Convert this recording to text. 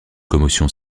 commotion